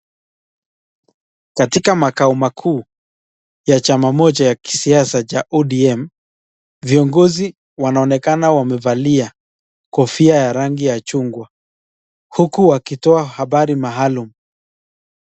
Katika makao makuu, ya chama moja ya kisiasa cha ODM, viongozi wanaonekana wamevalia kofia ya rangi ya chungwa, huku wakitoa habari maalum.